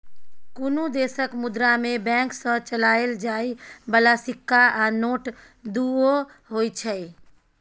कुनु देशक मुद्रा मे बैंक सँ चलाएल जाइ बला सिक्का आ नोट दुओ होइ छै